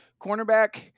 cornerback